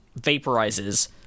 vaporizes